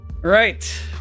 Right